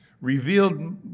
revealed